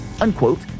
unquote